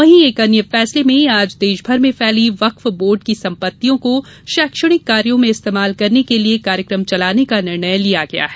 वहीं एक अन्य फैसले में आज देश भर में फैली वक्फ बोर्ड की संपत्तियों को शैक्षणिक कार्यों में इस्तेमाल करने के लिए कार्यक्रम चलाने का निर्णय लिया गया है